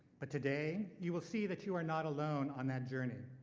but today you will see that you are not alone on that journey.